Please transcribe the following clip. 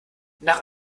nach